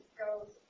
goes